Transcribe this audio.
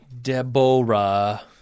Deborah